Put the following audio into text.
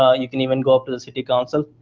ah you can even go up to the city council.